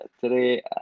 today